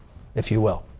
if you will.